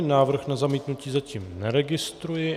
Návrh na zamítnutí zatím neregistruji.